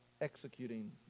executing